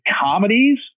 comedies